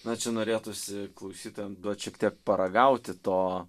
na čia norėtųsi klausytojam duot šiek tiek paragauti to